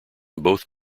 both